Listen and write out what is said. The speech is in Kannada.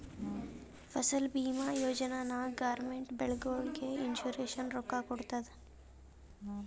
ಫಸಲ್ ಭೀಮಾ ಯೋಜನಾ ನಾಗ್ ಗೌರ್ಮೆಂಟ್ ಬೆಳಿಗೊಳಿಗ್ ಇನ್ಸೂರೆನ್ಸ್ ರೊಕ್ಕಾ ಕೊಡ್ತುದ್